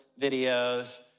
videos